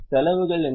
செலவுகள் என்ன